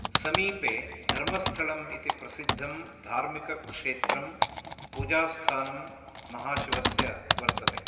समीपे धर्मस्थलम् इति प्रसिद्धं धार्मिकक्षेत्रं पूजास्थानं महाशिवस्य वर्तते